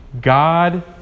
God